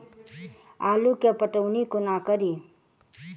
आलु केँ पटौनी कोना कड़ी?